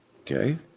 Okay